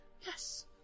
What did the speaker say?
yes